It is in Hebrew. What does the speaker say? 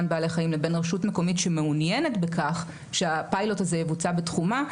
בעלי חיים לבין רשות מקומית שמעוניינת בכך שהפיילוט הזה יבוצע בתחומה,